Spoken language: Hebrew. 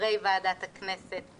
חברי ועדת הכנסת,